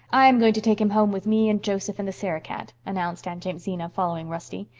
i am going to take him home with me and joseph and the sarah-cat, announced aunt jamesina, following rusty.